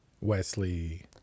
Wesley